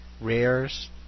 rares